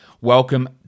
Welcome